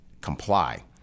comply